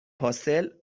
پاستل